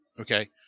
Okay